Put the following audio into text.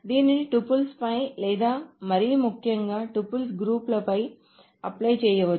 దీనిని టపుల్స్పై లేదా మరీ ముఖ్యంగా టూపుల్ గ్రూపులపై అప్లై చేయవచ్చు